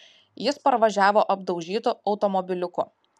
jis parvažiavo apdaužytu automobiliuku